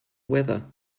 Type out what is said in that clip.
weather